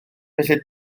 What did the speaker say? felly